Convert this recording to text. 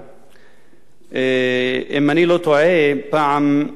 אם אני לא טועה, מנהיג ישראלי אמר פעם,